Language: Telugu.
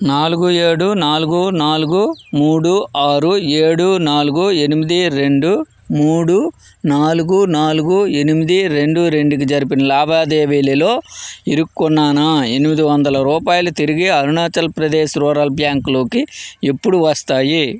నాలుగు ఏడు నాలుగు నాలుగు మూడు ఆరు ఏడు నాలుగు ఎనిమిది రెండు మూడు నాలుగు నాలుగు ఎనిమిది రెండు రెండుకి జరిపిన లావాదేవీలలో ఇరుక్కున్న నా ఎనిమిది వందల రూపాయలు తిరిగి అరుణాచల్ ప్రదేశ్ రూరల్ బ్యాంక్లోకి ఎప్పుడు వస్తాయి